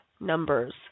numbers